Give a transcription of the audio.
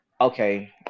okay